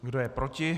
Kdo je proti?